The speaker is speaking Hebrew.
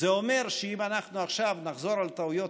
זה אומר שאם אנחנו עכשיו נחזור על טעויות